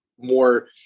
more